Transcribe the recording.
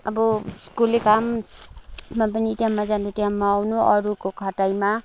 अब कुल्ली काममा पनि टाइममा जानु टाइममा आउनु अरूको खटाइमा